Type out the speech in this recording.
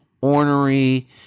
ornery